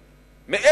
מחירים.